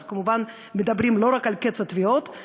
כמובן לא מדברים רק על קץ התביעות,